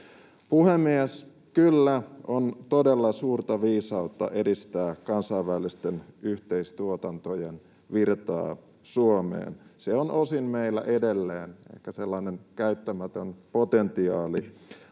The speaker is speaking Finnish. Puhemies! Kyllä, on todella suurta viisautta edistää kansainvälisten yhteistuotantojen virtaa Suomeen. Se on osin meillä edelleen ehkä sellainen käyttämätön potentiaali,